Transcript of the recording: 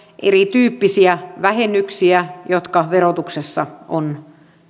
erityyppisiä vähennyksiä jotka verotuksessa on